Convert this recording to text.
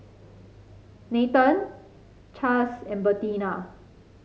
Nathanael Chaz and Bertina